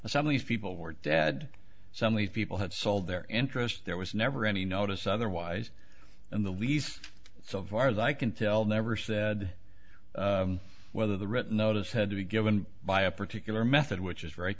confirm some of these people were dead some of these people have sold their interest there was never any notice otherwise in the least so far as i can tell never said whether the written notice had to be given by a particular method which is